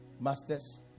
masters